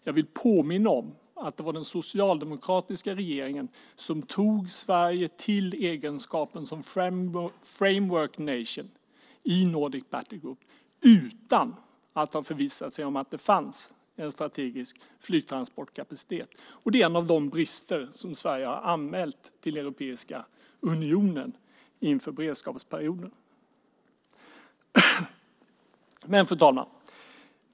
Jag vill påminna om att det var den socialdemokratiska regeringen som tog Sverige till egenskapen som framework nation i Nordic Battlegroup utan att ha förvissat sig om att det fanns en strategisk flygtransportkapacitet. Det är en av de brister som Sverige har anmält till Europeiska unionen inför beredskapsperioden. Fru talman!